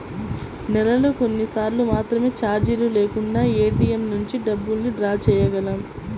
నెలలో కొన్నిసార్లు మాత్రమే చార్జీలు లేకుండా ఏటీఎంల నుంచి డబ్బుల్ని డ్రా చేయగలం